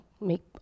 make